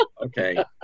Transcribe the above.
Okay